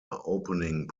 opening